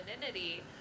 femininity